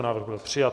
Návrh byl přijat.